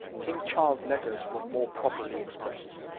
king charles's letters were more properly expressed.